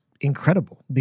incredible